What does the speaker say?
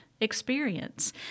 experience